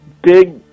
big